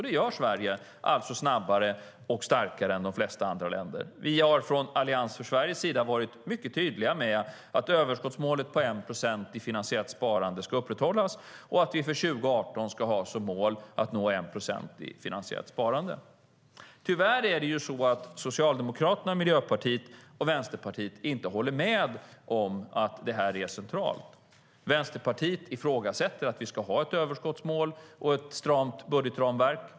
Det gör Sverige snabbare och starkare än de flesta andra länder. Vi har från Allians för Sveriges sida varit mycket tydliga med att överskottsmålet på 1 procent i finansiellt sparande ska upprätthållas och att vi för 2018 ska ha som mål att nå 1 procent i finansiellt sparande. Tyvärr håller Socialdemokraterna, Miljöpartiet och Vänsterpartiet inte med om att dessa frågor är centrala. Vänsterpartiet ifrågasätter ett överskottsmål och ett stramt budgetramverk.